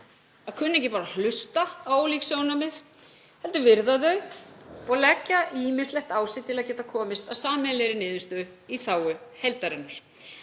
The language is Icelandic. að kunna ekki bara að hlusta á ólík sjónarmið heldur virða þau og leggja ýmislegt á sig til að geta komist að sameiginlegri niðurstöðu í þágu heildarinnar,